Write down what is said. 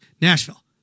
nashville